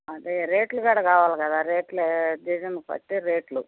అదే రేట్లు కూడా కావాలి కదా రేట్లే డిజైన్ బట్టే రేట్లు